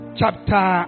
chapter